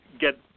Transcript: get